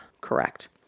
correct